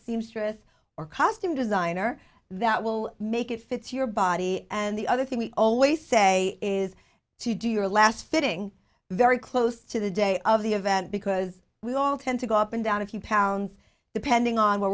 seamstress or costume designer that will make it fits your body and the other thing we always say is to do your last fitting very close to the day of the event because we all tend to go up and down a few pounds depending on what